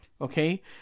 okay